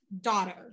daughter